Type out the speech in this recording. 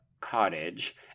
cottage